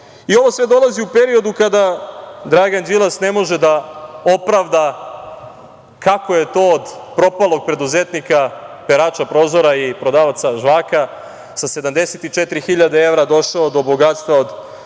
sve dolazi u periodu kada Dragan Đilas ne može da opravda kako je to od propalog preduzetnika, perača prozora i prodavaca žvaka, sa 74 hiljade evra došao do bogatstva od